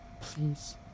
Please